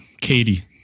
katie